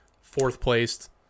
fourth-placed